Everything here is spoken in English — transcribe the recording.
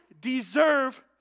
deserve